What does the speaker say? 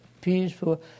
peaceful